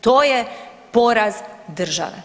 To je poraz države.